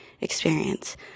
experience